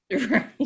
Right